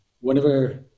whenever